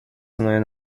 ценой